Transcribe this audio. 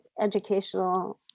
educational